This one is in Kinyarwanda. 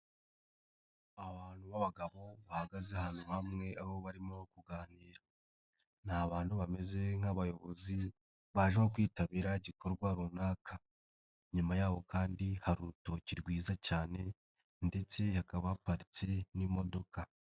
abantu b'abagabo bahagaze hano bamwe aHo barimo kuganira, ni abantu bameze nk'abayobozi baje kwitabira igikorwa runaka, inyuma yaho kandi hari urutoki rwiza cyane ndetse Habaparitse n'imodoka.